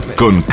con